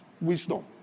wisdom